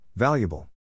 Valuable